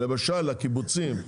למשל הקיבוצים,